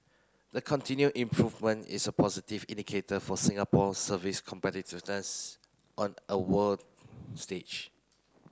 the continued improvement is a positive indicator for Singapore's service competitiveness on a world stage